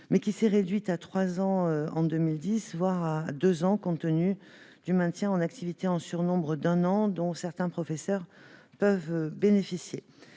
celui-ci a été réduit à trois ans en 2010, voire à deux ans, compte tenu du maintien en activité en surnombre d'un an dont certains professeurs peuvent bénéficier.